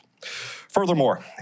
Furthermore